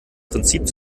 prinzip